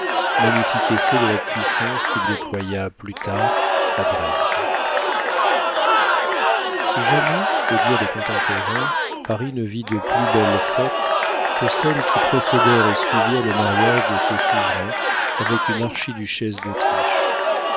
essai de la puissance qu'il déploya plus tard à dresde jamais au dire des contemporains paris ne vit de plus belles fêtes que celles qui précédèrent et suivirent le mariage de ce souverain avec une archiduchesse d'autriche